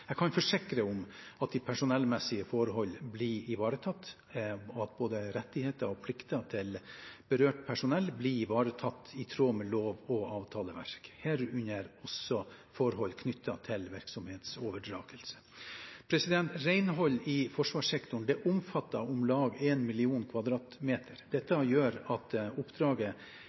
Jeg kan forsikre om at personellmessige forhold blir ivaretatt, og at både rettigheter og plikter til berørt personell blir ivaretatt i tråd med lov og avtaleverk, herunder også forhold knyttet til virksomhetsoverdragelsen. Renhold i forsvarssektoren omfatter om lag en million kvadratmeter. Dette gjør at oppdraget